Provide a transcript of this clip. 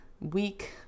week